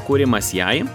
kūrimas jai